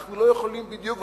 אנחנו לא יכולים בדיוק,